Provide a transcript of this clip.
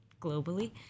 globally